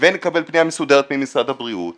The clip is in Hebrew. ונקבל פנייה מסודרת ממשרד הבריאות